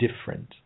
different